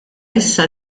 issa